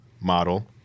model